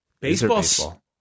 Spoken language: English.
Baseball